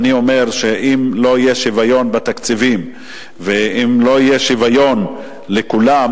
אני אומר שאם לא יהיה שוויון בתקציבים ואם לא יהיה שוויון לכולם,